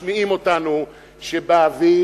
משמיעים אותנו שבאביב,